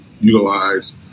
utilize